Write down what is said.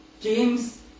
James